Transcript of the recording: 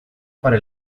para